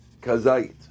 kazait